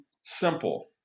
simple